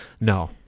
No